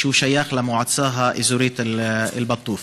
ששייך למועצה האזורית אל-בטוף.